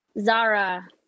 Zara